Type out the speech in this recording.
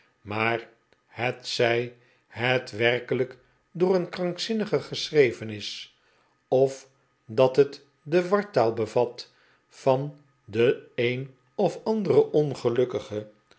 maar hetzij het werkelijk door een krankzinnige geschreven is of dat het de wartaal bevat van den een of anderen ongelukkige